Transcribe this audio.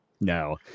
no